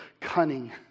cunning